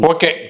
Okay